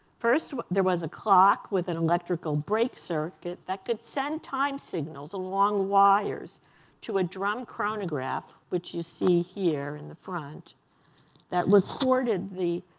first, there was a clock with an electrical brake circuit that could send time signals along wires to a drum chronograph which you see here in the front that recorded the